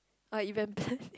uh event planning